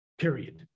period